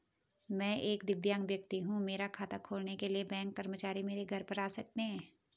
मैं एक दिव्यांग व्यक्ति हूँ मेरा खाता खोलने के लिए बैंक कर्मचारी मेरे घर पर आ सकते हैं?